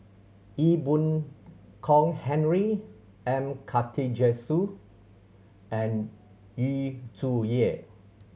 Ee Boon Kong Henry M Karthigesu and Yu Zhuye